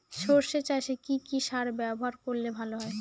সর্ষে চাসে কি কি সার ব্যবহার করলে ভালো হয়?